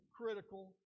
critical